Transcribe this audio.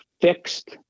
fixed